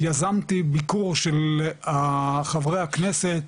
יזמתי ביקור של חברי הכנסת,